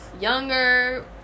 younger